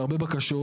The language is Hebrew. והרבה בקשות,